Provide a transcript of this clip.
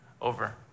over